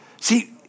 See